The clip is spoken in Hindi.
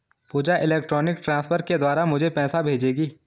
पूजा इलेक्ट्रॉनिक ट्रांसफर के द्वारा मुझें पैसा भेजेगी